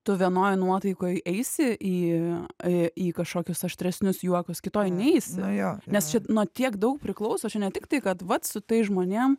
tu vienoj nuotaikoj eisi į į kažkokius aštresnius juokus kitoj neisi nes čia nuo tiek daug priklauso čia ne tik tai kad vat su tais žmonėm